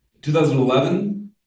2011